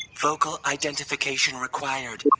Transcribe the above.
vocal identification required